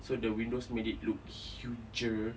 so the windows made it look huger